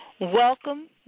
Welcome